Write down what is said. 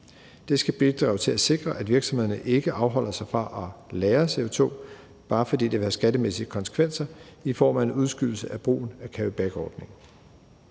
Det skal bidrage til at sikre, at virksomhederne ikke afholder sig fra at lagre CO2, bare fordi det vil have skattemæssige konsekvenser i form af en udskydelse af brugen af carrybackordningen.